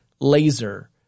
laser